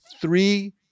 three